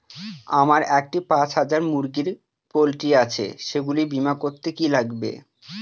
আমার একটি পাঁচ হাজার মুরগির পোলট্রি আছে সেগুলি বীমা করতে কি লাগবে?